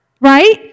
Right